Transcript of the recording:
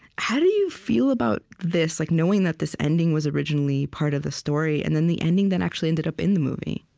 how do you feel about this, like knowing that this ending was originally part of the story, and then, the ending that actually ended up in the movie?